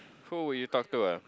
who do you talk to ah